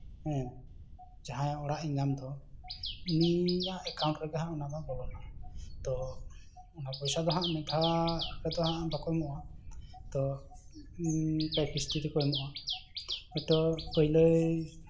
ᱦᱮᱸ ᱡᱟᱦᱟᱸᱭ ᱚᱲᱟᱜ ᱮ ᱧᱟᱢ ᱫᱚ ᱩᱱᱤᱭᱟᱜ ᱮᱠᱟᱣᱩᱱᱴ ᱨᱮᱜᱮ ᱚᱱᱟ ᱫᱚ ᱦᱟᱸᱜ ᱵᱚᱞᱚᱱᱟ ᱛᱳ ᱚᱱᱟ ᱯᱚᱭᱥᱟ ᱫᱚ ᱦᱟᱸᱜ ᱢᱤᱫ ᱫᱷᱟᱣ ᱨᱮᱫᱚ ᱦᱟᱸᱜ ᱵᱟᱠᱚ ᱮᱢᱚᱜᱼᱟ ᱛᱳ ᱯᱮ ᱠᱤᱥᱛᱤ ᱛᱮᱠᱚ ᱮᱢᱚᱜᱼᱟ ᱦᱳᱭᱛᱳ ᱯᱳᱭᱞᱳᱭ